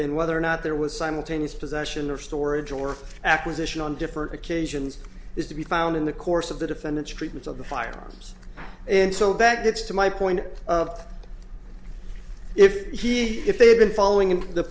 then whether or not there was simultaneous possession of storage or acquisition on different occasions is to be found in the course of the defendant's treatment of the firearms and so back that's to my point of if he if they had been following him the